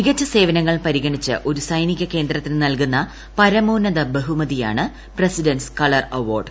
മികച്ച സേവനങ്ങൾ പരിഗണിച്ച് ഒരു സൈനിക കേന്ദ്രത്തിന് നൽകുന്ന പരമോന്നത ബഹുമതിയാണ് പ്രസിഡന്റ്സ് കളർ അവാർഡ്